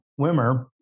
Wimmer